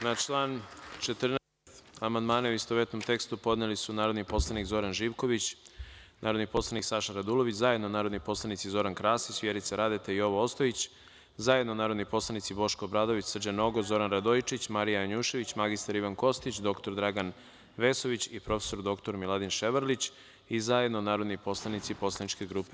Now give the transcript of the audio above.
Na član 14. amandmane, u istovetnom tekstu, podneli su narodni poslanik Zoran Živković, narodni poslanik Saša Radulović, zajedno narodni poslanici Zoran Krasić, Vjerica Radeta i Jovo Ostojić, zajedno narodni poslanici Boško Obradović, Srđan Nogo, Zoran Radojičić, Marija Janjušević, mr Ivan Kostić, dr Dragan Vesović i prof. dr Miladin Ševarlić i zajedno narodni poslanici poslaničke grupe